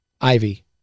ivy